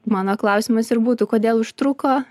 mano klausimas ir būtų kodėl užtruko